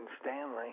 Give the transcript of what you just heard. Stanley